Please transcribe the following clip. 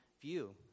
view